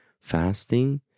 fasting